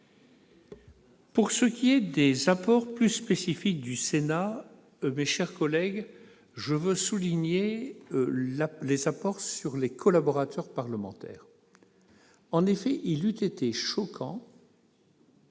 Pour ce qui est des apports plus spécifiques du Sénat, mes chers collègues, je veux évoquer la question des collaborateurs parlementaires. En effet, il eût été choquant